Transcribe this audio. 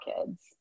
kids